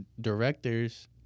directors